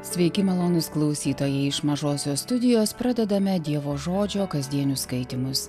sveiki malonūs klausytojai iš mažosios studijos pradedame dievo žodžio kasdienius skaitymus